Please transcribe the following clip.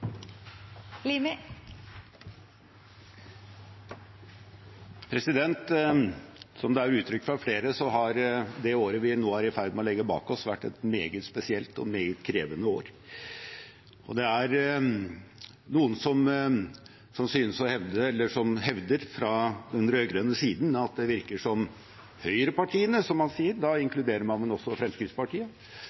fra flere, har det året vi nå er i ferd med å legge bak oss, vært et meget spesielt og meget krevende år. Det er noen som synes å hevde eller hevder fra den rød-grønne siden at det virker som høyrepartiene, som man sier – da inkluderer man vel også Fremskrittspartiet